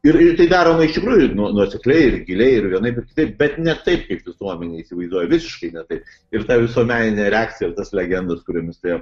ir ir tai daroma iš tikrųjų nuo nuosekliai ir giliai ir vienaip ir kitaip bet ne taip kaip visuomenėj įsivaizduoja visiškai ne taip ir ta visuomeninė reakcija ir tos legendos kuriomis tai